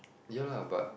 ya lah but